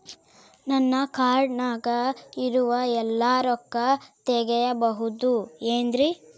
ನನ್ನ ಕಾರ್ಡಿನಾಗ ಇರುವ ಎಲ್ಲಾ ರೊಕ್ಕ ತೆಗೆಯಬಹುದು ಏನ್ರಿ?